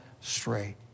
straight